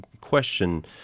question